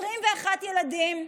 21 ילדים,